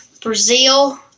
Brazil